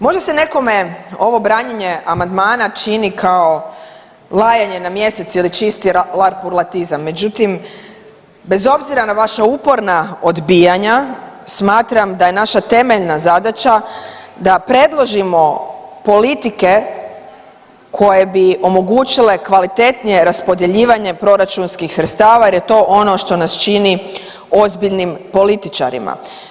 Možda se nekome ovo branjenje amandmana čini kao lajanje na mjesec ili čisti larpurlartizam međutim, bez obzira na vaša uporna odbijanja, smatram da je naša temeljna zadaća da predložimo politike koje bi omogućile kvalitetnije raspodjeljivanje proračunskih sredstava jer je to ono što nas čini ozbiljnim političarima.